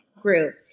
group